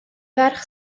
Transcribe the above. ferch